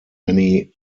many